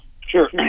Sure